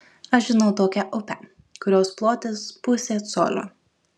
aš žinau tokią upę kurios plotis pusė colio